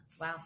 Wow